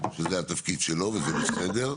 שזה התפקיד שלו וזה בסדר.